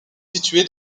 situé